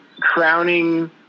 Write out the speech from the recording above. crowning